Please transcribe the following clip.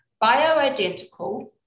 Bio-identical